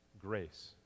grace